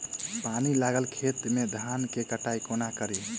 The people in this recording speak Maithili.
पानि लागल खेत मे धान केँ कटाई कोना कड़ी?